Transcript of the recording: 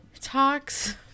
talks